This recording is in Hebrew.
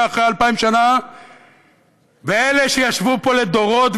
אחרי אלפיים שנה ואלה שישבו פה לדורות,